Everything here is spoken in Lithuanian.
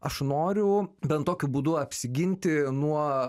aš noriu bent tokiu būdu apsiginti nuo